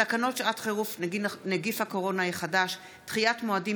תקנות שעת חירום (נגיף הקורונה החדש) (דחיית מועדים